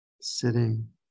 sitting